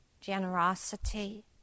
generosity